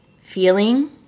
feeling